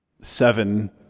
seven